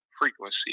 frequency